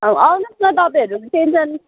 आउनु होस् न तपाईँहरू टेनसन